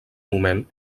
moment